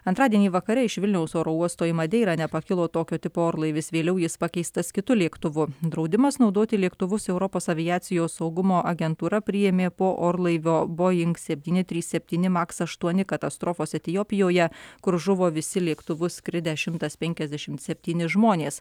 antradienį vakare iš vilniaus oro uosto į madeirą nepakilo tokio tipo orlaivis vėliau jis pakeistas kitu lėktuvu draudimas naudoti lėktuvus europos aviacijos saugumo agentūra priėmė po orlaivio boing septyni trys septyni maks aštuoni katastrofos etiopijoje kur žuvo visi lėktuvu skridę šimtas penkiasdešim septyni žmonės